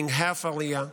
making half Aliyah.